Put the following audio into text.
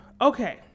Okay